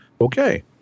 Okay